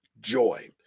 joy